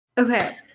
Okay